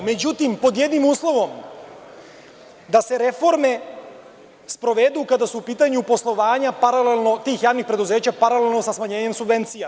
Međutim, pod jednim uslovom, da se reforme sprovedu, kada su u pitanju poslovanja paralelno tih javnih preduzeća paralelno sa smanjenjem subvencija?